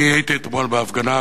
אני הייתי אתמול בהפגנה,